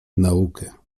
naukę